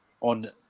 on